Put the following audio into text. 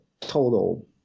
total